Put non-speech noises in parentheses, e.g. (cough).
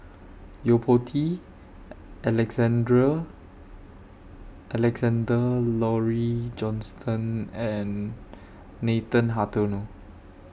Yo Po Tee (hesitation) Alexandra Alexander Laurie Johnston and Nathan Hartono